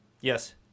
Yes